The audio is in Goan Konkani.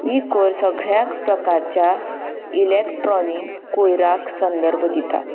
ही कयर सगळ्या प्रकारच्या इलॅक्ट्रोनीक कयराक संदर्भ दिता